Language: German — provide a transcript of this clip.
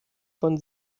von